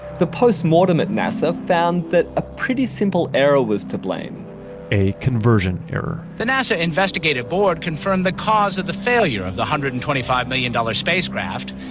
the postmortem at nasa found that a pretty simple error was to blame a conversion error the nasa investigative board confirmed the cause of the failure of the one hundred and twenty five million dollars spacecraft.